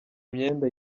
imyenda